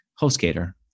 HostGator